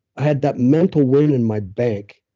i had that mental win in my bag,